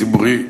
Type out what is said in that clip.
ציבורי.